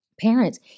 parents